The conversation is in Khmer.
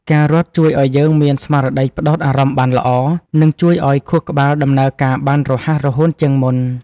ការរត់ជួយឱ្យយើងមានស្មារតីផ្ដោតអារម្មណ៍បានល្អ និងជួយឱ្យខួរក្បាលដំណើរការបានរហ័សរហួនជាងមុន។